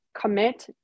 commit